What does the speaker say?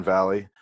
Valley